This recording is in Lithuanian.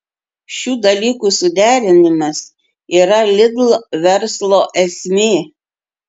šių dalykų suderinimas yra lidl verslo esmė